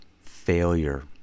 failure